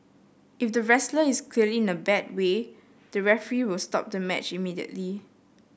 if the wrestler is clearly in a bad way the referee will stop the match immediately